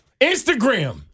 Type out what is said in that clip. Instagram